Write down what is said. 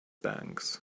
banks